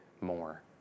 more